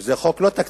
וזה חוק לא תקציבי,